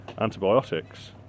antibiotics